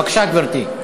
בבקשה, גברתי.